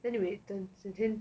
then 整天